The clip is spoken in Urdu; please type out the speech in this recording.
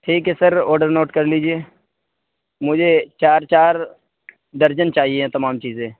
ٹھیک ہے سر آڈر نوٹ کر لیجیے مجھے چار چار درجن چاہیے تمام چیزیں